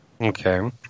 Okay